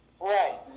right